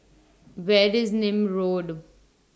Where IS Nim Road